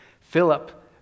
Philip